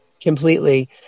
completely